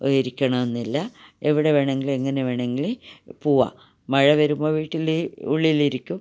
ഇരിക്കണമെന്നില്ല എവിടെ വേണമെങ്കിലും എങ്ങനെ വേണമെങ്കിലും പോവാം മഴ വരുമ്പോൾ വീട്ടില് ഉള്ളിലിരിക്കും